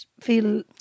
feel